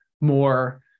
more